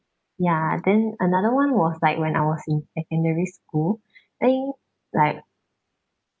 ya then another one was like when I was in secondary school and like